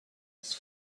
his